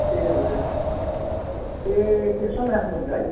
ए हजुर ए त्यस्तो पनि राख्नुहुन्छ है